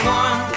one